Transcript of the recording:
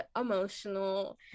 emotional